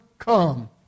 Come